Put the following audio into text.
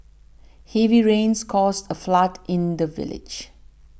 heavy rains caused a flood in the village